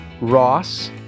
Ross